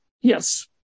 Yes